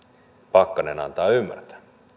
pakkanen antaa ymmärtää